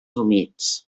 humits